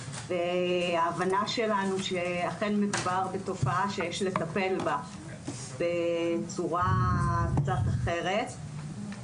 וההבנה שלנו שאכן מדובר בתופעה שיש לטפל בה בצורה קצת אחרת.